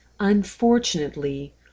Unfortunately